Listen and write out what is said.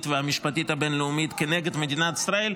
והמשפטית הבין-לאומית כנגד מדינת ישראל,